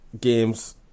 games